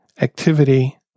Activity